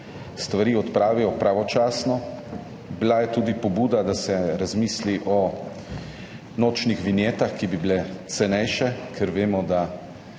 stvari odpravijo pravočasno. Bila je tudi pobuda, da se razmisli o nočnih vinjetah, ki bi bile cenejše, ker vemo, da